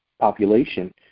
population